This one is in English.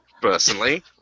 Personally